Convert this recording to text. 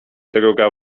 druga